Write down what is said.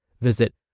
Visit